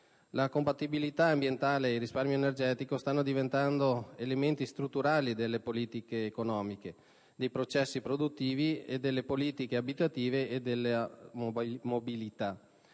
La compatibilità ambientale e il risparmio energetico stanno diventando elementi strutturali delle politiche economiche, dei processi produttivi, delle politiche abitative e della mobilità.